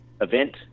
event